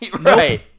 Right